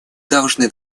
должны